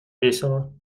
весело